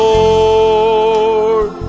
Lord